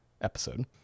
episode